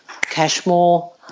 Cashmore